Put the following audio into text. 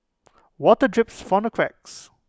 water drips from the cracks